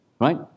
right